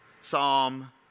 Psalm